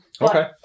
Okay